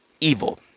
Evil